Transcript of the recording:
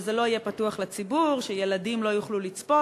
שזה לא יהיה פתוח לציבור, שילדים לא יוכלו לצפות.